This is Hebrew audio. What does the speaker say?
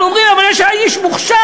אנחנו אומרים: אבל יש איש מוכשר.